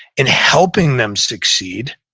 and helping them succeed,